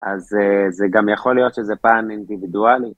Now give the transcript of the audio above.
אז זה גם יכול להיות שזה פן אינדיבידואלי.